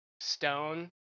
stone